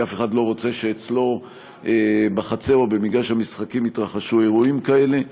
כי אף אחד לא רוצה שאצלו בחצר או במגרש המשחקים יתרחשו אירועים כאלה.